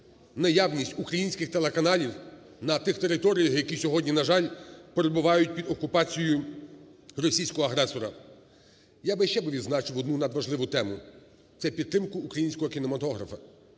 наявність українських телеканалів на тих територіях, які сьогодні, на жаль, перебувають під окупацією російського агресора. Я би ще би відзначив одну наважливу тему – це підтримку українського кінематографа.